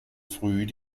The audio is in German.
früh